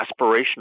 aspirational